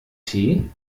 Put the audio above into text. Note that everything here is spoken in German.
tee